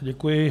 Děkuji.